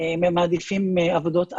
מעדיפים עבודות אחרות,